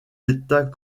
états